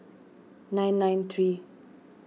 nine nine three